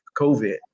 COVID